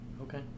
Okay